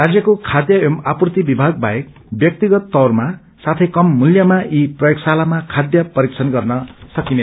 राज्यको खाध्य एवं आपूर्ति विभाग बाहेक व्याक्तिगत तौरमा साथै कम मूल्यमा यी प्रयोगशालामा खाध्य परीक्षण गर्न सकिन्छ